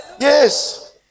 Yes